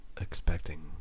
Expecting